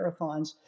marathons